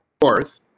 Fourth